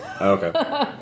Okay